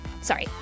Sorry